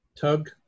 Tug